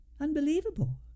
Unbelievable